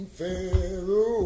Pharaoh